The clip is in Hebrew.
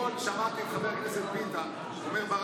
אתמול שמעתי את חבר הכנסת ביטן אומר ברדיו: